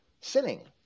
sinning